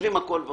אני